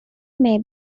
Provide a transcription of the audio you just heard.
may